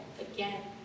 again